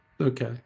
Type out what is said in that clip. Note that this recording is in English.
Okay